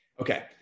Okay